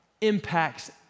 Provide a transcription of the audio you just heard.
impacts